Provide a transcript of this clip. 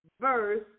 verse